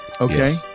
okay